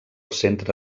centre